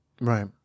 Right